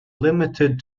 limited